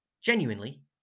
genuinely